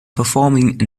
performing